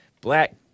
black